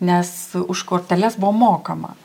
nes už korteles buvo mokama